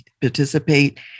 participate